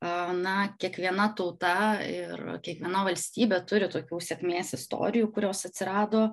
a na kiekviena tauta ir kiekviena valstybė turi tokių sėkmės istorijų kurios atsirado